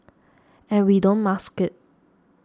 and we don't mask it